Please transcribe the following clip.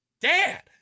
Dad